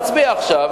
נצביע עכשיו,